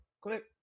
click